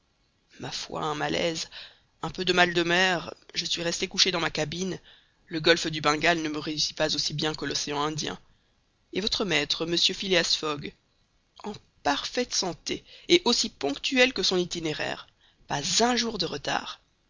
ma foi un malaise un peu de mal de mer je suis resté couché dans ma cabine le golfe du bengale ne me réussit pas aussi bien que l'océan indien et votre maître mr phileas fogg en parfaite santé et aussi ponctuel que son itinéraire pas un jour de retard